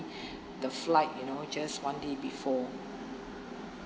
the flight you know just one day before